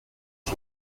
she